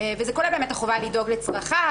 וזה כולל החובה לדאוג לצרכיו,